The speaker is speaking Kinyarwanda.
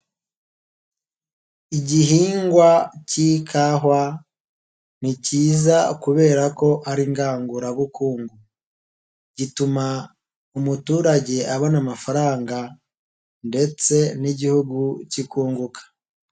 Igihingwa cy'ikawa ni kiza kubera ko ari ngangurabukungu, gituma umuturage abona amafaranga ndetse n'Igihugu cyikunguka.